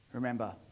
remember